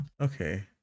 Okay